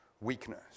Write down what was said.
weakness